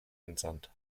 entsandt